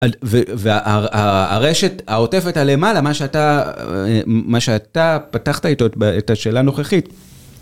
והרשת העוטפת הלמעלה, מה שאתה פתחת איתו את השאלה הנוכחית.